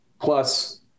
plus